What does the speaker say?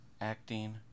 acting